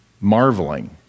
marveling